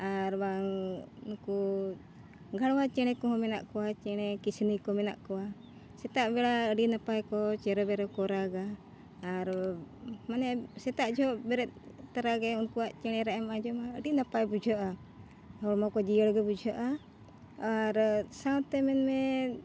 ᱟᱨ ᱵᱟᱝ ᱱᱩᱠᱩ ᱜᱷᱟᱲᱣᱟ ᱪᱮᱬᱮ ᱠᱚᱦᱚᱸ ᱢᱮᱱᱟᱜ ᱠᱚᱣᱟ ᱪᱮᱬᱮ ᱠᱤᱥᱱᱤ ᱠᱚ ᱢᱮᱱᱟᱜ ᱠᱚᱣᱟ ᱥᱮᱛᱟᱜ ᱵᱮᱲᱟ ᱟᱹᱰᱤ ᱱᱟᱯᱟᱭ ᱠᱚ ᱪᱮᱨᱚᱵᱮᱨᱚ ᱠᱚ ᱨᱟᱜᱟ ᱟᱨ ᱢᱟᱱᱮ ᱥᱮᱛᱟᱜ ᱡᱚᱦᱚᱜ ᱵᱮᱨᱮᱫ ᱛᱟᱨᱟᱜᱮ ᱩᱱᱠᱩᱭᱟᱜ ᱪᱮᱬᱮ ᱨᱟᱜ ᱮᱢ ᱟᱸᱡᱚᱢᱟ ᱟᱹᱰᱤ ᱱᱟᱯᱟᱭ ᱵᱩᱡᱷᱟᱹᱜᱼᱟ ᱦᱚᱲᱢᱚ ᱠᱚ ᱡᱤᱭᱟᱹᱲ ᱜᱮ ᱵᱩᱡᱷᱟᱹᱜᱼᱟ ᱟᱨ ᱥᱟᱶᱛᱮ ᱢᱮᱱᱢᱮ